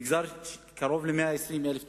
מגזר של קרוב ל-120,000 תושבים,